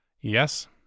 Yes